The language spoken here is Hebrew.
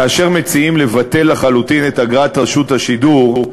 כאשר מציעים לבטל לחלוטין את אגרת רשות השידור,